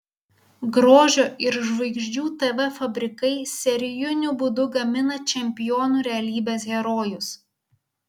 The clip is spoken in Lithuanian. grožio ir žvaigždžių tv fabrikai serijiniu būdu gamina čempionų realybės herojus